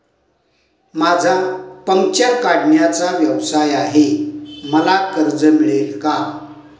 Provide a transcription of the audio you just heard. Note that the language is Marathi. माझा पंक्चर काढण्याचा व्यवसाय आहे मला कर्ज मिळेल का?